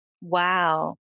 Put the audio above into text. Wow